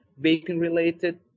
bacon-related